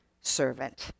servant